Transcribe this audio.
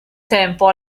tempo